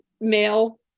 male